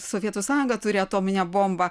sovietų sąjunga turi atominę bombą